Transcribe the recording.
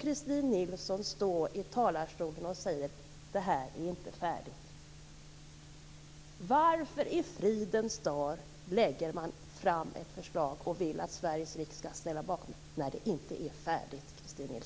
Christin Nilsson de facto står i talarstolen och säger: Det här är inte färdigt. Varför i fridens namn lägger man fram ett förslag och vill att Sveriges riksdag skall ställa sig bakom det när det inte är färdigt, Christin